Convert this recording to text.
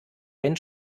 ein